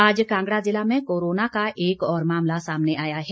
आज कांगड़ा ज़िला में कोरोना का एक और मामला सामने आया है